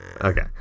Okay